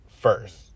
first